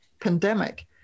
pandemic